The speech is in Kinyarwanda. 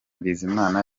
bizimana